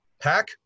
Pack